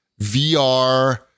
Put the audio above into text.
VR